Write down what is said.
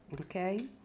Okay